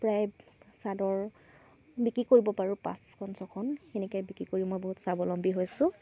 প্ৰায় চাদৰ বিক্ৰী কৰিব পাৰোঁ পাঁচখন ছখন সেনেকৈ বিক্ৰী কৰি মই বহুত স্বাৱলম্বী হৈছোঁ